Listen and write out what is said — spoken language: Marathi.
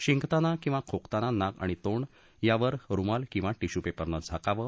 शिंकताना किंवा खोकताना नाक आणि तोंड यावर रुमाल किंवा टिश्यू पेपरनं झाकावं